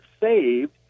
saved